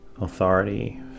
Authority